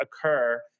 occur